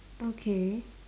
okay